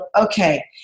okay